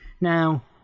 Now